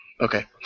Okay